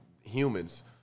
humans